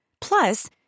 Plus